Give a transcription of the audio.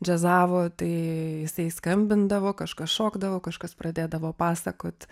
džiazavo tai jisai skambindavo kažkas šokdavo kažkas pradėdavo pasakot